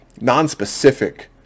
non-specific